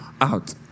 out